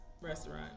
restaurant